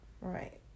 Right